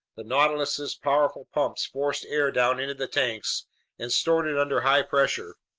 the nautilus's powerful pumps forced air down into the tanks and stored it under high pressure.